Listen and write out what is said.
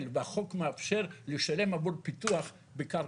והחוק מאפשר לשלם עבור פיתוח בקרקע.